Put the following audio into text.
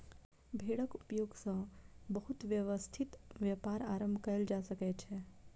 भेड़क उपयोग सॅ बहुत व्यवस्थित व्यापार आरम्भ कयल जा सकै छै